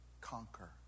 conquer